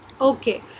Okay